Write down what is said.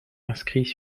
inscrits